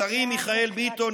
השרים מיכאל ביטון,